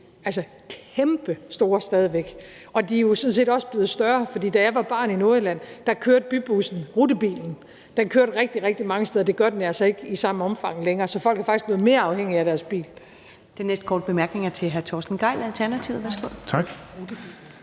altså kæmpestore stadig væk. Og de er jo sådan set også blevet større, for da jeg var barn i Nordjylland, kørte bybussen, rutebilen, rigtig, rigtig mange steder. Det gør den altså ikke i samme omfang længere – så folk er faktisk blevet mere afhængige af deres bil.